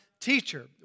Teacher